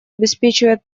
обеспечивает